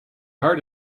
heart